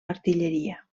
artilleria